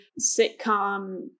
sitcom